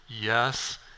yes